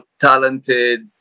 talented